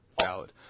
valid